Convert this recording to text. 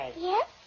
Yes